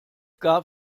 gab